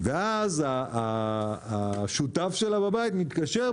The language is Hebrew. ואז השותף שלה בבית מתקשר,